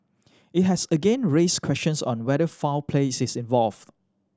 it has again raised questions on whether foul plays is involved